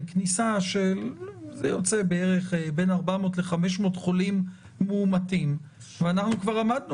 כניסה של בין 400 ל-500 חולים מאומתים ואנחנו כבר עמדנו